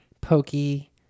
Pokey